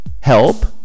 Help